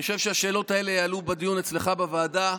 אני חושב שהשאלות האלה יעלו בדיון אצלך בוועדה,